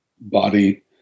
body